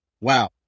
wow